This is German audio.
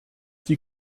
die